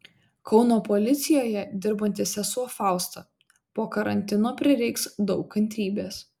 kauno policijoje dirbanti sesuo fausta po karantino prireiks daug kantrybės